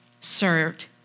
served